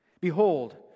Behold